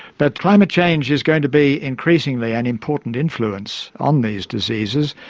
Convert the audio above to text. but climate change is going to be increasingly an important influence on these diseases.